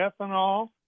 ethanol